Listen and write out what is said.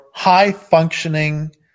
high-functioning